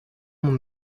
mon